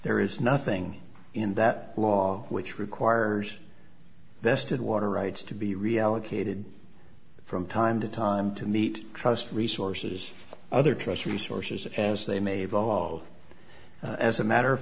there is nothing in that law which requires vested water rights to be reallocated from time to time to meet trust resources other trusts resources as they may evolve as a matter of